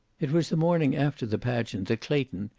it was the morning after the pageant that clayton,